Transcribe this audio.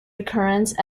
recurrence